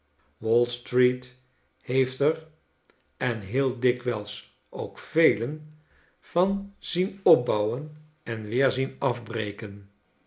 heeft er en heel dikwijls ook velen van zien opbouwen en weer zien afbreken